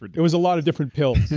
it was a lot of different pills.